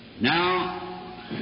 Now